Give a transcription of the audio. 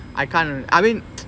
I can't I mean